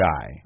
guy